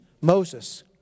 Moses